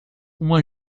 uma